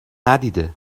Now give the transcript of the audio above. ندیده